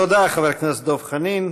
תודה, חבר הכנסת דב חנין.